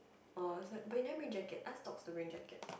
oh so but you never bring jackets asked you to bring jacket